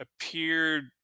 appeared